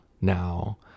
now